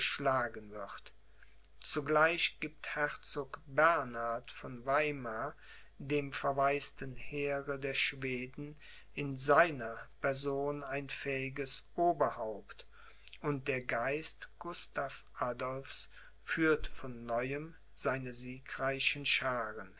wird zugleich gibt herzog bernhard von weimar dem verwaisten heere der schweden in seiner person ein fähiges oberhaupt und der geist gustav adolphs führt von neuem seine siegreichen schaaren